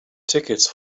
tickets